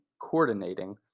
coordinating